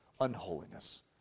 unholiness